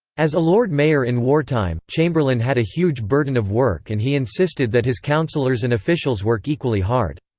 as a lord mayor in wartime, chamberlain had a huge burden of work and he insisted that his councillors and officials work equally hard.